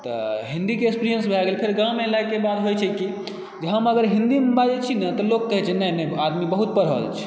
हिन्दीके एक्सपीरिएंस भए गेल फेर गाँम एलाके बाद होइत छै की जे हम अगर हिन्दीमे बाजै छी ने तऽ लोककेँ होइत छै आदमी बहुत पढ़ल छै